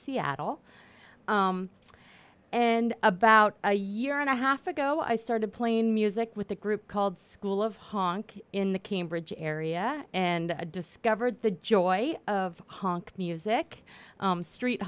seattle and about a year and a half ago i started playing music with a group called school of honk in the cambridge area and discovered the joy of honk music street